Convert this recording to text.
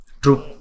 True